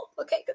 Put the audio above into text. Okay